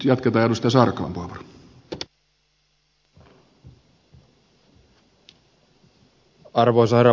arvoisa herra puhemies